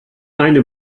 eine